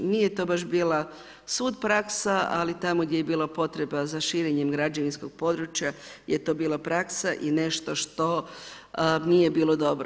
Nije to baš bila svud praksa, ali tamo gdje je bila potreba za širenjem građevinskog područja je to bila praksa i nešto što nije bilo dobro.